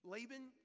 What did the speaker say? Laban